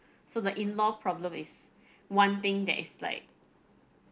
so the in-law problem is one thing that is like